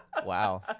Wow